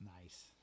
Nice